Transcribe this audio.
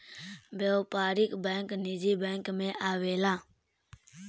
व्यापारिक बैंक निजी बैंक मे आवेला